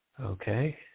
Okay